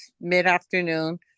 mid-afternoon